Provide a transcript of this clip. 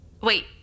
Wait